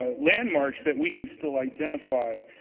ah landmarks that we can still identify.